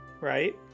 right